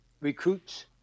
recruits